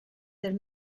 del